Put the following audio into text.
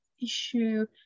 issue